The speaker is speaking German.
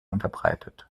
unterbreitet